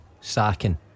sacking